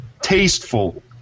tasteful